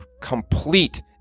complete